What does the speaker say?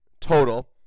total